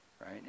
right